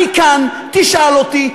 אני כאן, תשאל אותי.